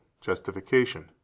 justification